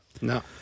No